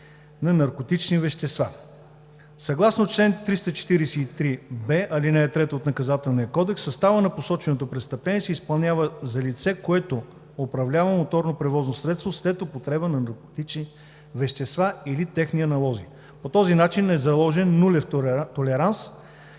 на наркотични вещества“. Съгласно чл. 343б, ал. 3 от Наказателния кодекс, съставът на посоченото престъпление се изпълнява за лице, което управлява моторно превозно средство след употреба на наркотични вещества или техни аналози. По този начин е заложен нулев толеранс